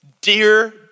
Dear